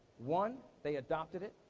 one, they adopted it.